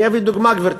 אני אביא דוגמה, גברתי,